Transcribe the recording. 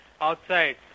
outside